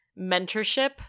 mentorship